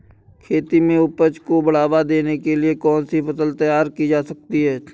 खेती में उपज को बढ़ावा देने के लिए कौन सी फसल तैयार की जा सकती है?